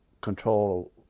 control